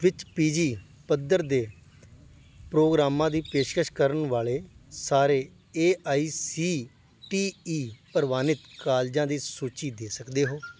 ਵਿੱਚ P G ਪੱਧਰ ਦੇ ਪ੍ਰੋਗਰਾਮਾਂ ਦੀ ਪੇਸ਼ਕਸ਼ ਕਰਨ ਵਾਲੇ ਸਾਰੇ A I C T E ਪ੍ਰਵਾਨਿਤ ਕਾਲਜਾਂ ਦੀ ਸੂਚੀ ਦੇ ਸਕਦੇ ਹੋ